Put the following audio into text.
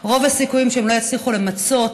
הסיכויים שהן לא יצליחו למצות